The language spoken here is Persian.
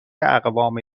اقوام